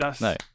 No